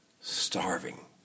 starving